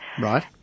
Right